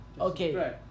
Okay